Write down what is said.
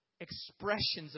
expressions